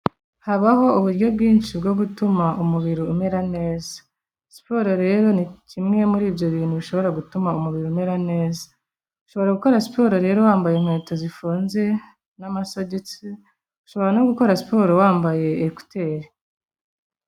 Habaho uburyo bwinshi bwo gutuma umubiri umera neza, siporo rero ni kimwe muri ibyo bintu bishobora gutuma umubiri umera neza. Ushobora gukora siporo rero wambaye inkweto zifunze n'amasogisi, ushobora no gukora siporo wambaye ekuteri.